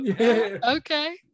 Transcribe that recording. Okay